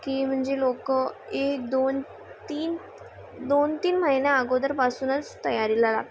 की म्हणजे लोकं एक दोन तीन दोन तीन महिन्या अगोदरपासूनच तयारीला लागतो